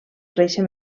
reixa